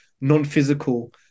non-physical